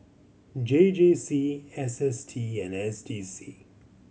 J J C S S T and S D C